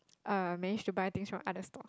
uh managed to buy things from other stalls